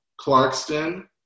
Clarkston